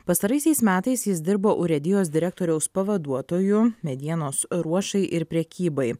pastaraisiais metais jis dirbo urėdijos direktoriaus pavaduotoju medienos ruošai ir prekybai